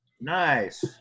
Nice